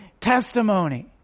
testimony